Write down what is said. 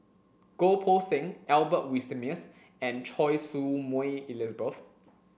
Goh Poh Seng Albert Winsemius and Choy Su Moi Elizabeth